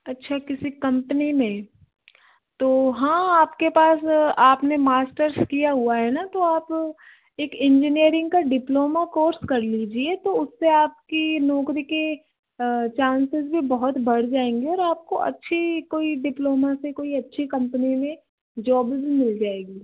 अच्छे किसी कम्पनी में तो हाँ आपके पास आपने मास्टर्स किया हुआ है ना तो आप एक इंजीनियरिंग का डिप्लोमा कोर्स कर लीजिए तो उससे आपकी नौकरी के चांसेस बहुत बढ़ जाएंगे और आपको अच्छी कोई डिप्लोमा से कोई अच्छी कम्पनी में जोब भी मिल जाएगी